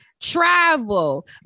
travel